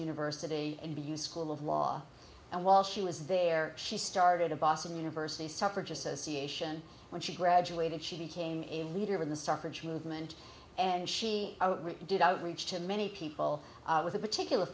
university and be useful of law and while she was there she started a boston university's temperature association when she graduated she became a leader in the suffrage movement and she did outreach to many people with a particular